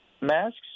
masks